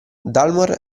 dalmor